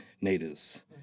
natives